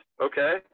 okay